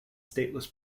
stateless